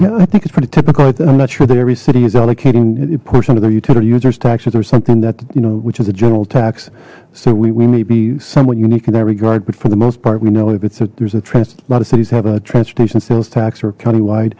yeah i think it's pretty typical i'm not sure the every city is allocating a portion of their utility users taxes or something that you know which is a general tax so we may be somewhat unique in that regard but for the most part we know if it's there's a lot of cities have a transportation sales tax or a countywide